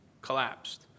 collapsed